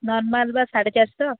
normal ପା ସାଢ଼େ ଚାରିଶହ